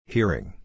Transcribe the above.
Hearing